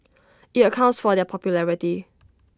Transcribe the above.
IT accounts for their popularity